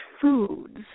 foods